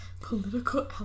Political